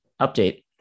Update